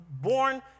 born